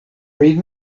read